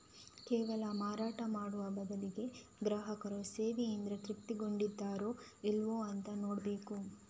ಕೇವಲ ಮಾರಾಟ ಮಾಡುವ ಬದಲಿಗೆ ಗ್ರಾಹಕರು ಸೇವೆಯಿಂದ ತೃಪ್ತಿ ಹೊಂದಿದಾರೋ ಇಲ್ವೋ ಅಂತ ನೋಡ್ಬೇಕು